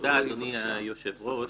תודה אדוני היושב ראש.